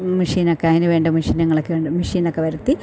മിഷ്യനൊക്കെ അതിനു വേണ്ട മിഷീനുകളൊക്കെ ഉണ്ട് മിഷ്യനൊക്കെ വരുത്തി